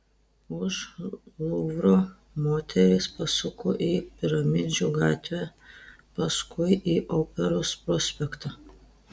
už luvro moterys pasuko į piramidžių gatvę paskui į operos prospektą